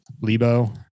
Lebo